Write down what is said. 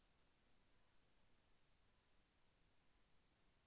మీ పంట ఎదుగుదల దశలు మీకు తెలుసా?